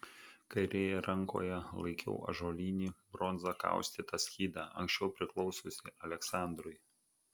kairėje rankoje laikiau ąžuolinį bronza kaustytą skydą anksčiau priklausiusį aleksandrui